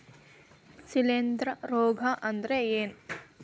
ಶಿಲೇಂಧ್ರ ರೋಗಾ ಅಂದ್ರ ಏನ್?